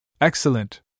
Excellent